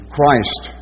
Christ